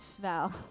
Val